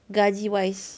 gaji wise